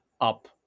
up